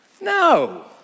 No